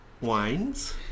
wines